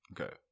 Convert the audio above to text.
Okay